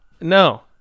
No